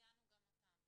ציינו גם אותם.